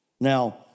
Now